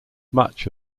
much